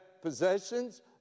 possessions